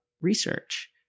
research